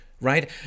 right